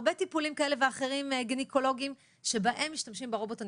הרבה טיפולים כאלה ואחרים שבהם משתמשים ברובוט הניתוחי.